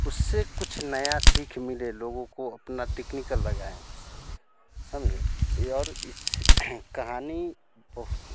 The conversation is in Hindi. उससे कुछ नया सीख मिलें लोगों को अपना टेक्निकल लगाएं समझे ये और इससे कहानी बहुत